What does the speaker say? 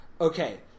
okay